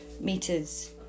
meters